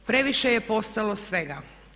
Previše je postalo svega.